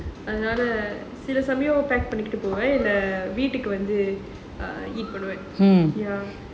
அதுனால சில சமயம் பண்ணிட்டு போவேம் இல்ல வீட்டுக்கு வந்து பண்ணுவேன்:athunala sila samayam pannittu povaen illa veetukku vanthu pannuvaen